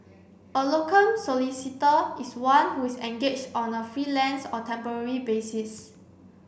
a locum solicitor is one who is engaged on a freelance or temporary basis